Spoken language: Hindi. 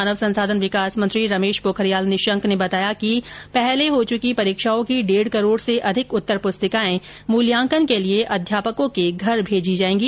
मानव संसाधन विकास मंत्री रमेश पोखरियाल निशंक ने बताया कि पहले हो चुकी परीक्षाओं की डेढ़ करोड़ से अधिक उत्तर पुस्तिकाएं मूल्याकन के लिए अध्यापकों के घर भेजी जाएंगी